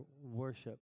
worship